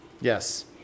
Yes